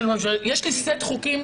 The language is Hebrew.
יש לי סט חוקים.